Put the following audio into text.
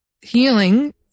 healing